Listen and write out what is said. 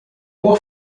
por